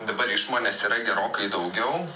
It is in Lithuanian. dabar išmonės yra gerokai daugiau